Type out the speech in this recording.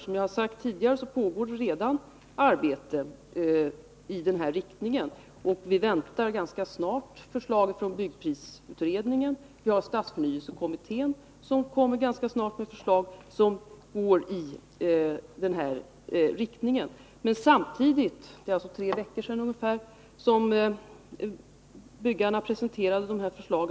Som jag sagt tidigare pågår det redan arbete i den här riktningen. Vi väntar ganska snart förslag från byggprisutredningen. Vidare kommer stadsförnyelsekommittén ganska snart med förslag som också går i den här riktningen. Det är ungefär tre veckor sedan byggarna presenterade dessa förslag.